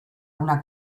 una